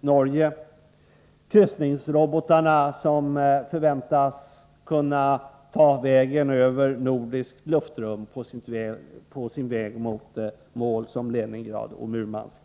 Norge och kryssningsrobotarna som förväntas kunna ta vägen över nordiskt luftrum på sin väg mot mål som Leningrad och Murmansk.